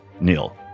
Neil